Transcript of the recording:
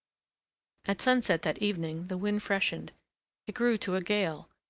at sunset that evening the wind freshened it grew to a gale,